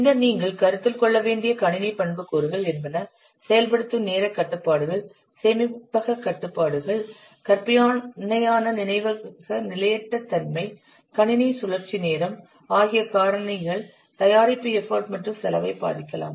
பின்னர் நீங்கள் கருத்தில் கொள்ள வேண்டிய கணினி பண்புக்கூறுகள் என்பன செயல்படுத்தும் நேரக் கட்டுப்பாடுகள் சேமிப்பகக் கட்டுப்பாடுகள் கற்பனையான நினைவக நிலையற்ற தன்மை கணினி சுழற்சி நேரம் ஆகிய காரணிகள் தயாரிப்புகளின் எஃபர்ட் மற்றும் செலவை பாதிக்கலாம்